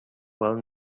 well